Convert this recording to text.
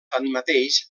tanmateix